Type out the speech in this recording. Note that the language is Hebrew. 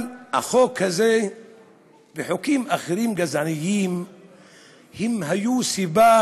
החוק הזה וחוקים גזעניים אחרים היו סיבה